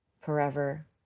Forever